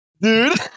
Dude